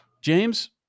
James